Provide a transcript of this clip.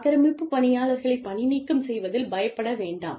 ஆக்கிரமிப்பு பணியாளர்களை பணிநீக்கம் செய்வதில் பயப்பட வேண்டாம்